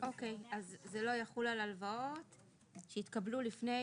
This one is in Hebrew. אוקיי, אז זה לא יחול על הלוואות שהתקבלו לפני